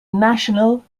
national